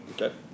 Okay